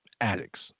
addicts